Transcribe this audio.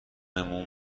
موم